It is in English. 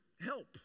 help